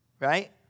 Right